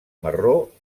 marró